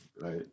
right